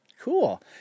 Cool